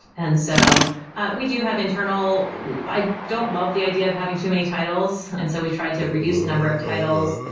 and so we do have internal i don't love the idea of having too many titles, and so we've tried to reduce the number of titles,